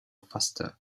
faster